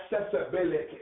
accessibility